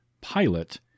pilot